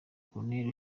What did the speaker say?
corneille